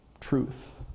truth